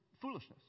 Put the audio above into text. foolishness